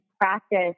practice